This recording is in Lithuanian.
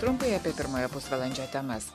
trumpai apie pirmojo pusvalandžio temas